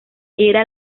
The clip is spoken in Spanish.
era